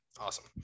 awesome